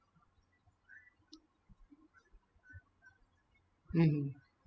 mmhmm